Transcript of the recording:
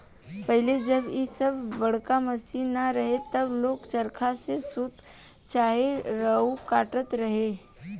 पहिले जब इ सब बड़का मशीन ना रहे तब लोग चरखा से सूत चाहे रुआ काटत रहे